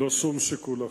ולא שום שיקול אחר.